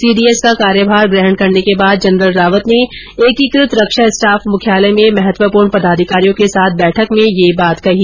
CDS का कार्यभार ग्रहण करने के बाद जनरल रावत ने एकीकृत रक्षा स्टाफ मुख्यालय में महत्वपूर्ण पदाधिकारियों के साथ बैठक में यह बात कही